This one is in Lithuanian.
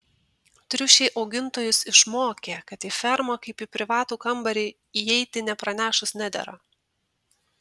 triušiai augintojus išmokė kad į fermą kaip į privatų kambarį įeiti nepranešus nedera